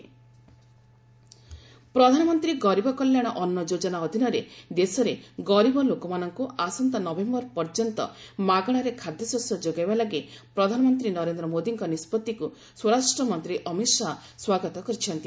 Amit Shah PMGKAY ପ୍ରଧାନମନ୍ତ୍ରୀ ଗରିବ କଲ୍ୟାଣ ଅନ୍ନ ଯୋଜନା ଅଧୀନରେ ଦେଶରେ ଗରିବ ଲୋକମାନଙ୍କୁ ଆସନ୍ତା ନଭେୟର ପର୍ଯ୍ୟନ୍ତ ମାଗଣାରେ ଖାଦ୍ୟଶସ୍ୟ ଯୋଗାଇବା ଲାଗି ପ୍ରଧାନମନ୍ତ୍ରୀ ନରେନ୍ଦ୍ର ମୋଦିଙ୍କ ନିଷ୍ପଭିକୁ ସ୍ୱରାଷ୍ଟ୍ର ମନ୍ତ୍ରୀ ଅମିତ୍ ଶାହା ସ୍ୱାଗତ କରିଛନ୍ତି